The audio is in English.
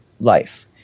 life